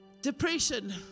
Depression